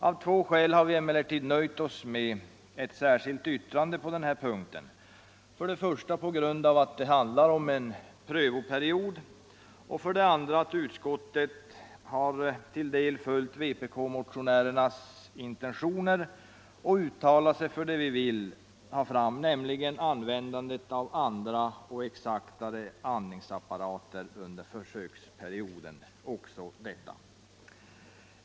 Av två skäl har vi emellertid nöjt oss med ett särskilt yttrande på den här punkten. För det första är det fråga om en prövoperiod, och för det andr: har utskottet till en del följt vpk-motionärernas intentioner och uttalat sig för det vi vill ha fram, nämligen användandet av andra och exaktare utandningsapparater under försöksperioden.